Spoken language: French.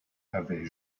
avait